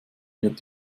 wird